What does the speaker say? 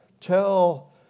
tell